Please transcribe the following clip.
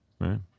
right